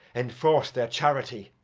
enforce their charity.